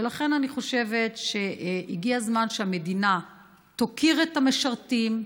ולכן אני חושבת שהגיע הזמן שהמדינה תוקיר את המשרתים,